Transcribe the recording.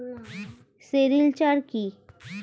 Sericulture কি?